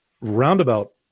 Roundabout